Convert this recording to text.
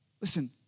Listen